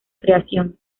creación